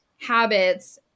habits